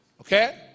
Okay